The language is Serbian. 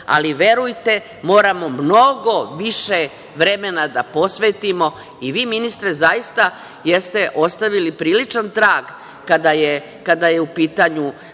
ali verujte moramo mnogo više vremena da posvetimo i vi ministre zaista jeste ostavili priličan trag kada je u pitanju